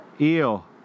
Eel